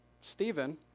Stephen